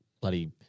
bloody